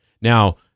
Now